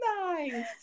Nice